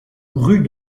rue